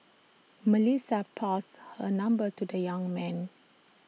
Melissa passed her number to the young man